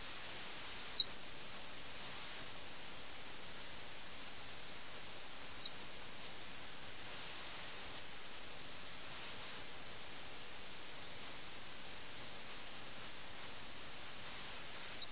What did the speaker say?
ഇപ്പോൾ അവർ പറയുന്നു 'ഗോമതിയുടെ തീരത്ത് ഏകാന്തമായ സ്ഥലത്ത് എവിടെയെങ്കിലും നമുക്ക് നമ്മുടെ ബോർഡ് വിരിക്കാം